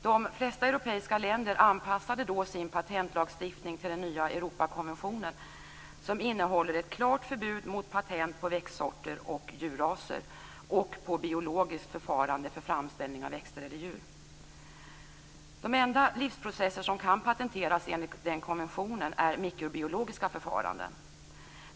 De flesta europeiska länder anpassade då sin patentlagstiftning till den nya Europakonventionen, som innehåller ett klart förbud mot patent på växtsorter och djurraser och på biologiskt förfarande för framställning av växter eller djur. De enda livsprocesser som kan patenteras enligt den konventionen är mikrobiologiska förfaranden.